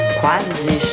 quase